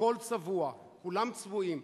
הכול צבוע, כולם צבועים.